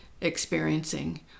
experiencing